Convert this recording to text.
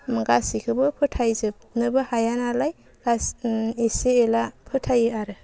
गासैखौबो फोथायजोबनोबो हाया नालाय एसे एला फोथायो आरो